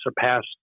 surpassed